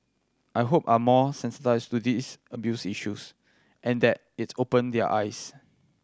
I hope are more sensitised to these abuse issues and that it's opened their eyes